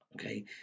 okay